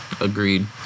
Agreed